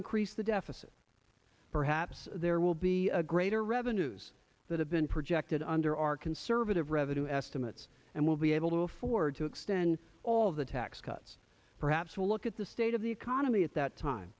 increase the deficit perhaps there will be a greater revenues that have been projected under our conservative revenue estimates and will be able to afford to extend all of the tax cuts perhaps we'll look at the state of the economy at that time